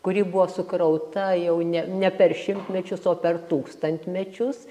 kuri buvo sukrauta jau ne ne per šimtmečius o per tūkstantmečius